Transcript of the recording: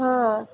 ହଁ